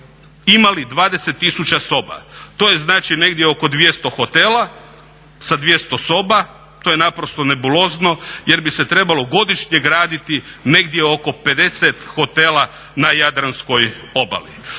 imali 20000 soba. To je znači negdje oko 200 hotela sa 200 soba. To je naprosto nebulozno, jer bi se trebalo godišnje graditi negdje oko 50 hotela na Jadranskoj obali.